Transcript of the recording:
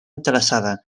interessada